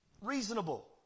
Reasonable